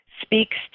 speaks